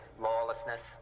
lawlessness